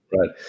right